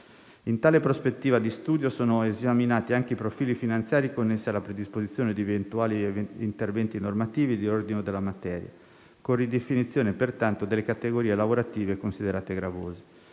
In tale prospettiva di studio sono esaminati anche i profili finanziari connessi alla predisposizione di eventuali interventi normativi di riordino della materia, con ridefinizione pertanto delle categorie lavorative considerate gravose.